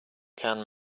can